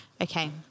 Okay